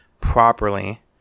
properly